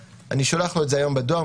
אני שולח לו את זה היום בדואר,